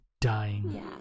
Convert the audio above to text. dying